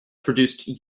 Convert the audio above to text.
produced